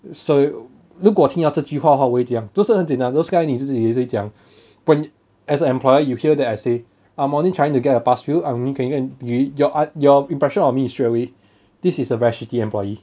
so 如果听到这句话我会讲就是很简单 those kind 你自己都会讲 when as an employer you hear that I say I am only trying to get a pass fail I only can get in~ yo~ uh your impression of me straightaway this is a very shitty employee